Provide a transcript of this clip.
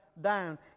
down